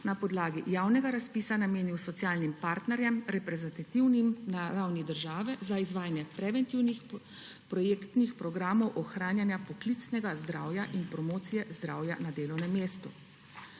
na podlagi javnega razpisa namenil socialnim partnerjem, reprezentativnim na ravni države za izvajanja preventivnih projektnih programov ohranjanja poklicnega zdravja in promocije zdravja na delovnem mestu.